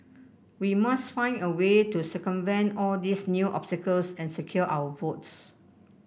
we must find a way to circumvent all these new obstacles and secure our votes